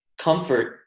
comfort